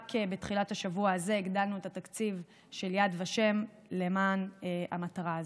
רק בתחילת השבוע הזה הגדלנו את התקציב של יד ושם למען המטרה הזו.